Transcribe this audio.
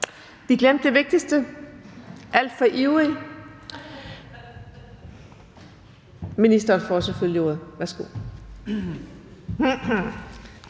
er flere ... Hov! Jeg er alt for ivrig. Ministeren får selvfølgelig ordet. Kl.